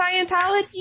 Scientology